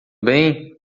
bem